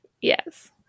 Yes